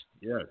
yes